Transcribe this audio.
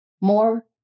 more